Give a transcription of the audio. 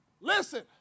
Listen